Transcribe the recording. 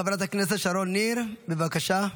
חברת הכנסת שרון ניר, בבקשה.